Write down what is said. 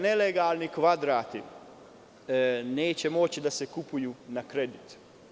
Nelegalni kvadrati neće moći da se kupuju na kredit.